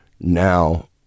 now